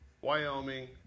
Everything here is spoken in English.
Wyoming